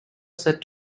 set